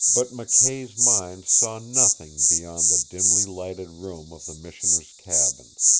but mckay's mind saw nothing beyond the dimly lighted room of the missioner's cabin.